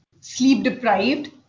sleep-deprived